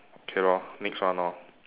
okay lor next one lor